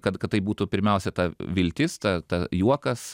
kad kad tai būtų pirmiausia ta viltis ta ta juokas